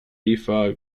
eva